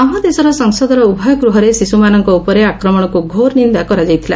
ଆମ ଦେଶର ସଂସଦର ଉଭୟ ଗୃହରେ ଶିଶୁମାନଙ୍କ ଉପରେ ଆକ୍ରମଣକୁ ଘୋର ନିନ୍ଦା କରାଯାଇଥିଲା